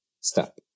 step